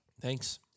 Thanks